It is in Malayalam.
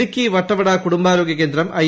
ഒ ഇടുക്കി വട്ടവട കൂടുംബാരോഗ്യ കേന്ദ്രം ഐ